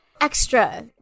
extra